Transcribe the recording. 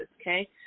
okay